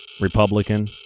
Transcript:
Republican